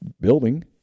building